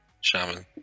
Shaman